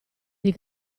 dei